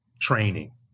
training